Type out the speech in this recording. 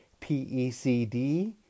PECD